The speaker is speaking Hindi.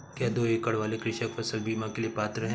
क्या दो एकड़ वाले कृषक फसल बीमा के पात्र हैं?